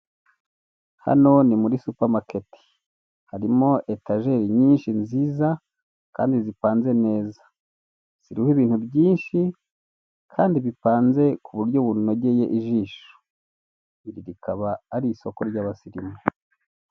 Hano ni muri supamaketi, harimo etajeri nyinshi nziza kandi zipanze neza, ziriho ibintu byinshi kandi bipanze ku buryo bunogeye ijisho, iri rikaba ari isoko ry'abasirimu.